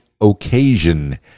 occasion